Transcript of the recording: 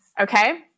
Okay